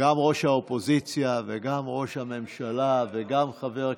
ראש האופוזיציה וגם ראש הממשלה וגם חבר הכנסת,